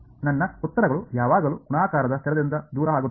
ನನ್ನ ಉತ್ತರಗಳು ಯಾವಾಗಲೂ ಗುಣಾಕಾರದ ಸ್ಥಿರದಿಂದ ದೂರ ಆಗುತ್ತವೆ